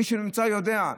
מי שנמצא יודע,